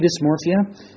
dysmorphia